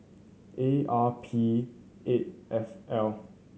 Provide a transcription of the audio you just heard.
A R P eight F L